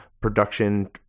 production